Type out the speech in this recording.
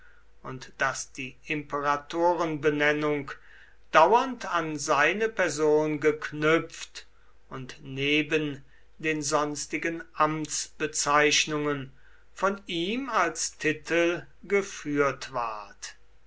und daß die imperatorenbenennung dauernd an seine person geknüpft und neben den sonstigen amtsbezeichnungen von ihm als titel geführt ward